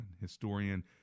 historian